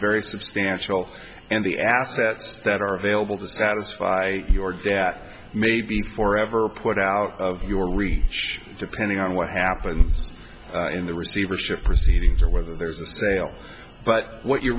very substantial and the assets that are available to satisfy your debt may be for ever put out of your reach depending on what happens in the receivership proceedings or whether there's a sale but what you